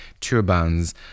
turbans